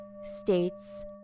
states